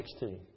16